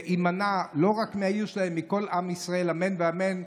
יימנע לא רק מהעיר שלהם, מכל עם ישראל, אמן ואמן.